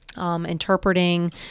Interpreting